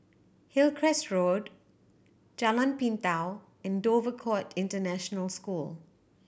Hillcrest Road Jalan Pintau and Dover Court International School